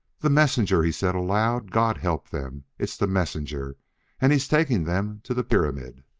the messenger! he said aloud. god help them it's the messenger and he's taking them to the pyramid!